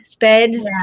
speds